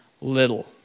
little